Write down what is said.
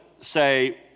say